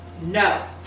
No